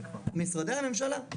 משרדי הממשלה.